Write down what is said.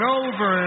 over